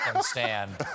stand